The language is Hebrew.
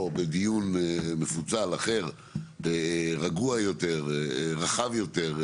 או בדיון מפוצל אחר רגוע יותר רחב יותר,